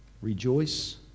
Rejoice